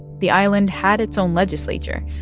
the island had its own legislature,